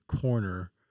corner